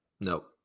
Nope